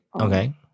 Okay